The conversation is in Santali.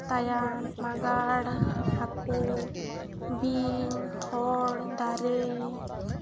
ᱛᱟᱭᱟᱱ ᱢᱟᱜᱟᱲ ᱦᱟᱹᱠᱩ ᱵᱤᱧ ᱦᱚᱲ ᱫᱟᱨᱮ